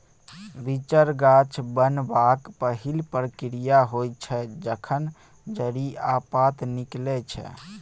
बीचर गाछ बनबाक पहिल प्रक्रिया होइ छै जखन जड़ि आ पात निकलै छै